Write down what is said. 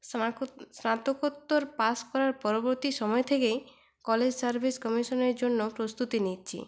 স্নাতকোত্তর পাস করার পরবর্তী সময় থেকেই কলেজ সার্ভিস কমিশনের জন্য প্রস্তুতি নিচ্ছি